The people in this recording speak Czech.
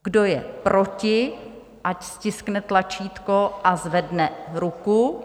Kdo je proti, ať stiskne tlačítko a zvedne ruku.